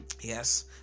yes